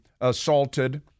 assaulted